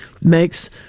makes